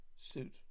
suit